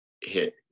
hit